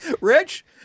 Rich